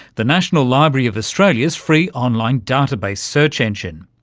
the national library of australia's free online data-base search engine,